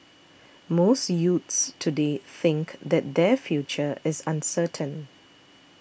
most youths today think that their future is uncertain